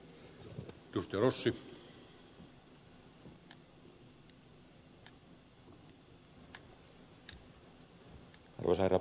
arvoisa herra puhemies